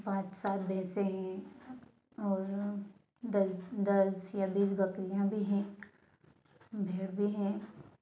पाँच सात भैंसें है और दस दस या बीस बकरियाँ भी हैं भेड़ भी हैं